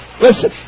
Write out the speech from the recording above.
Listen